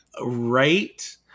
Right